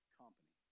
company